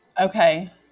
Okay